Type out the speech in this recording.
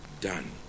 done